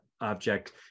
object